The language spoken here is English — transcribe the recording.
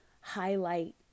highlight